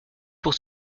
pour